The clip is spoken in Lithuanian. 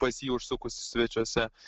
pas jį užsukus svečiuose